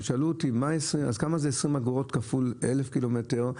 הם שאלו אותי כמה זה 20 אגורות כפול 1,000 קילומטר,